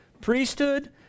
Priesthood